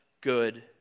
good